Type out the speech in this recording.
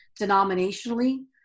denominationally